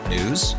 News